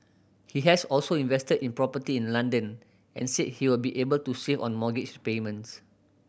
he has also invested in property in London and said he will be able to save on mortgage payments